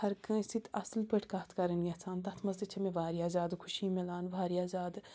ہَر کٲنٛسہِ سۭتۍ اَصٕل پٲٹھۍ کَتھ کَرٕنۍ یَژھان تَتھ منٛز تہِ چھےٚ مےٚ واریاہ زیادٕ خوشی مِلان واریاہ زیادٕ